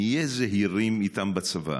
נהיה זהירים איתם בצבא,